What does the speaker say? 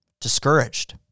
discouraged